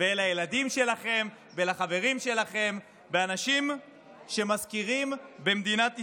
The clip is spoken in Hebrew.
ואל הילדים שלכם ואל החברים שלכם ואנשים ששוכרים במדינת ישראל.